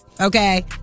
Okay